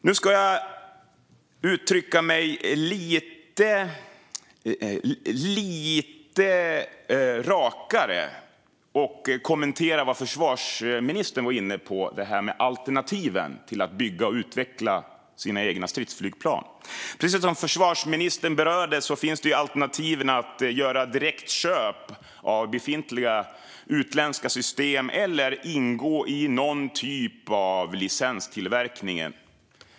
Låt mig uttrycka mig lite rakare och kommentera de alternativ till att utveckla och bygga egna stridsflygplan som försvarsministern var inne på. Två alternativ som finns är att göra direktköp av befintliga utländska system eller ingå i någon typ av licenstillverkning.